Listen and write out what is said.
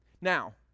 Now